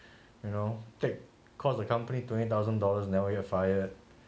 you know take cost the company twenty thousand dollars never get fired